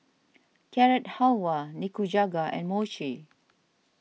Carrot Halwa Nikujaga and Mochi